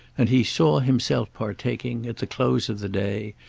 and he saw himself partaking, at the close of the day,